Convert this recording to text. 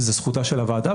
וזו זכותה של הוועדה,